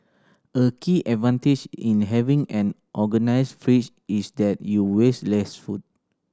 a key advantage in having an organised fridge is that you waste less food